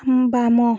ବାମ